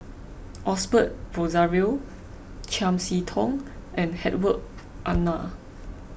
Osbert Rozario Chiam See Tong and Hedwig Anuar